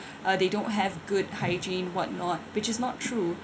uh they don't have good hygiene whatnot which is not true